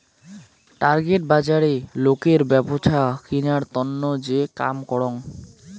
target বজারে নোকের ব্যপছা কিনার তন্ন যে কাম করং